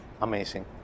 Amazing